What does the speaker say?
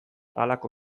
halako